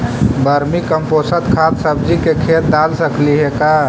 Vermi compost खाद सब्जी के खेत दाल सकली हे का?